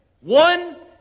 One